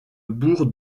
bourg